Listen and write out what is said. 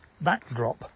backdrop